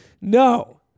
No